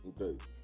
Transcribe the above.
okay